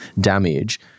damage